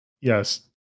yes